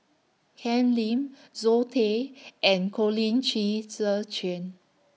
Ken Lim Zoe Tay and Colin Qi Zhe Quan